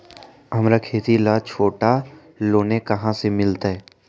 हमरा खेती ला छोटा लोने कहाँ से मिलतै?